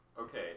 Okay